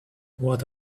what